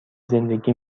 زندگی